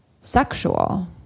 sexual